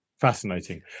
Fascinating